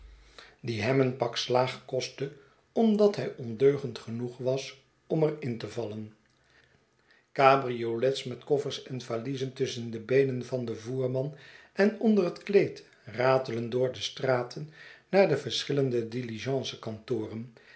die hem een m sghetsen van boz pak slaag kostte omdat hij ondeugend genoeg was om er in te vallen cabriolets met koffers en valiezen tusschen de beenen van den voerman en onder het kleed ratelen door de straten naar de verschillende diligence kantoren